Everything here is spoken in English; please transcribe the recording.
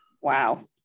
wow